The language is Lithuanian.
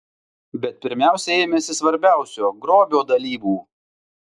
bet pirmiausia ėmėsi svarbiausio grobio dalybų